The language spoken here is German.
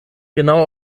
genau